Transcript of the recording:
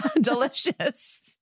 Delicious